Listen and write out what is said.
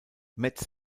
metz